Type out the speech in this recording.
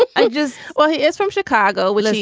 i just. well, he is from chicago. we love you.